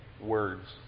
words